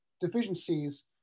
deficiencies